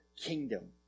kingdom